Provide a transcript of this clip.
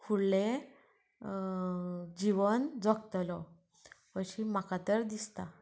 फुडलें जिवन जगतलो अशी म्हाका तर दिसता